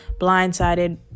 blindsided